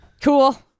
Cool